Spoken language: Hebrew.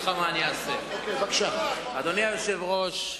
אדוני היושב-ראש,